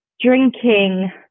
drinking